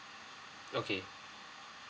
okay